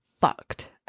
fucked